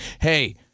hey